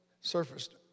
surfaced